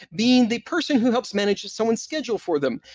being the person who helps manage someone's schedule for them.